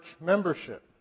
membership